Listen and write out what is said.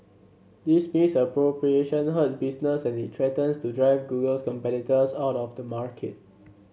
this misappropriation hurts business and it threatens to drive Google's competitors out of the market